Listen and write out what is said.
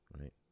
right